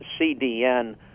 CDN